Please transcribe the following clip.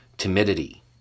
Timidity